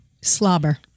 Slobber